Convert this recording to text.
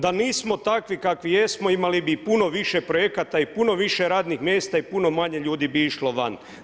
Da nismo takvi kakvi jesmo imali bi i puno više projekata i puno više radnih mjesta i puno manje ljudi bi išlo van.